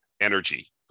energy